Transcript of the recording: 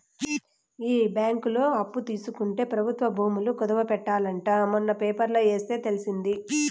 ఈ బ్యాంకులో అప్పు తీసుకుంటే ప్రభుత్వ భూములు కుదవ పెట్టాలి అంట మొన్న పేపర్లో ఎస్తే తెలిసింది